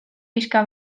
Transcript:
pixka